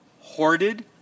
hoarded